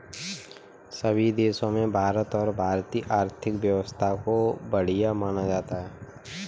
सभी देशों में भारत और भारतीय आर्थिक व्यवस्था को बढ़िया माना जाता है